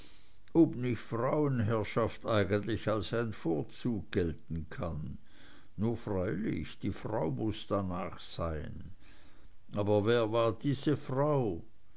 ob nicht frauenherrschaft eigentlich als ein vorzug gelten kann nur freilich die frau muß danach sein aber wer war diese frau